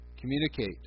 communicate